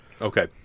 Okay